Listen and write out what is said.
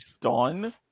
done